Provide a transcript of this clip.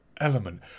element